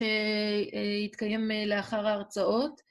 יתקיים לאחר ההרצאות.